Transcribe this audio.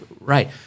right